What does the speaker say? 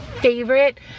favorite